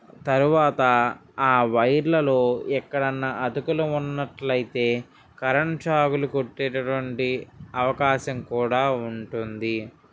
తరువాత ఆ వైర్లలో ఎక్కడన్న అతుకులు ఉన్నట్లయితే కరెంట్ షాక్లు కొట్టేటువంటి అవకాశం కూడా ఉంటుంది